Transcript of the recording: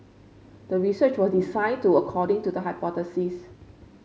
the research was designed to according to the hypothesis